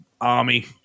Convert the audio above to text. army